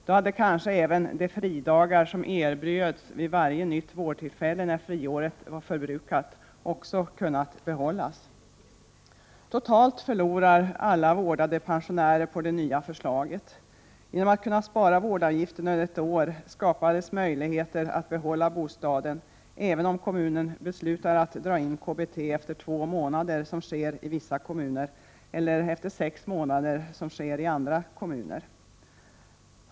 Då hade kanske även de fridagar som erbjöds vid varje nytt vårdtillfälle när friåret var förbrukat kunnat behållas. Totalt förlorar alla vårdtagande pensionärer på det nya förslaget. Genom att man kunde spara vårdavgiften under ett år skapades möjligheter att behålla bostaden även om kommunen beslutade att dra in KBT efter två månader, som sker i vissa kommuner, eller efter sex månader som sker i andra kommuner.